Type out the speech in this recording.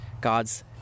God's